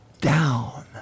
down